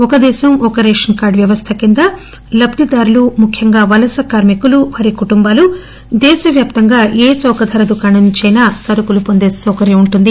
ఒక దేశం ఒక రేషస్ కార్డు వ్యవస్థ కింద లబ్దిదారులు ముఖ్యంగా వలస కార్మికులు వారి కుటుంబాలు దేశవ్యాప్తంగా ఏ చౌకధర దుకాణం నుంచైనా సరుకులు పొందే సౌకర్యం ఉంటుంది